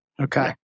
Okay